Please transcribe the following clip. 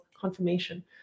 confirmation